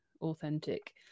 authentic